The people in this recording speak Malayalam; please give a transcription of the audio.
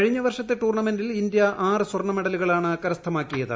കഴിഞ്ഞ വർഷത്തെ ടൂർണമെന്റിൽ ഇന്ത്യ ആറ് സ്വർണ്ണമെഡലുകളാണ് കരസ്ഥമാക്കിയത്